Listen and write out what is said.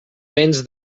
vents